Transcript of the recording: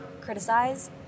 criticize